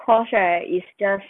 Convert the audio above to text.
cause right it's just